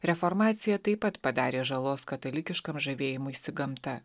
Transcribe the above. reformacija taip pat padarė žalos katalikiškam žavėjimuisi gamta